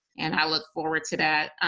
and i look forward to that.